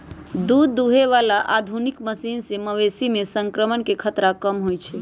दूध दुहे बला आधुनिक मशीन से मवेशी में संक्रमण के खतरा कम होई छै